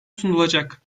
sunulacak